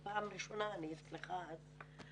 זו פעם ראשונה שאני אצלך --- לכבוד לי.